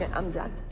ah i'm done.